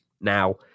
Now